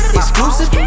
exclusive